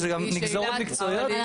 זה גם נגזרות מקצועיות.